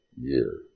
year